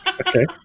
Okay